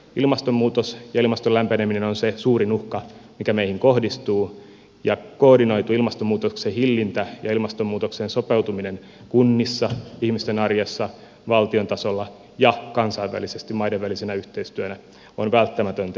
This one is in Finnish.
ilmastonmuutos ja ilmaston lämpeneminen ovat se suurin uhka mikä meihin kohdistuu ja koordinoitu ilmastonmuutoksen hillintä ja ilmastonmuutokseen sopeutuminen kunnissa ihmisten arjessa valtion tasolla ja kansainvälisesti maiden välisenä yhteistyönä on välttämätöntä